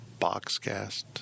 BoxCast